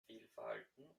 fehlverhalten